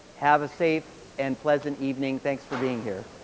have a safe and pleasant evening. thanks for being here.